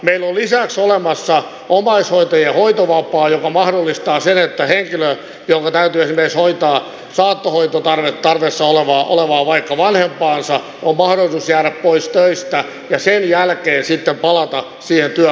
meillä on lisäksi olemassa omaishoitajien hoitovapaa joka mahdollistaa sen että henkilöllä jonka täytyy esimerkiksi hoitaa vaikkapa saattohoidon tarpeessa olevaa vanhempaansa on mahdollisuus jäädä pois töistä ja sen jälkeen sitten palata siihen työpaikkaansa